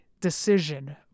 decision